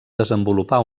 desenvolupar